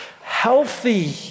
healthy